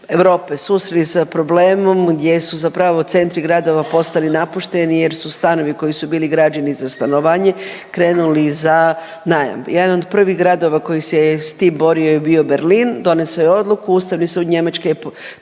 Europe susreli sa problemom gdje su centri gradova postali napušteni jer su stanovi koji su bili građeni za stanovanje krenuli za najam. Jedan od prvih gradova koji se je s tim borio je bio Berlin, doneso je odluku, Ustavni sud Njemačke